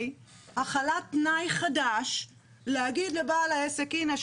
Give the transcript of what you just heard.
החלת תנאי חדש להגיד לבעל העסק 'הנה,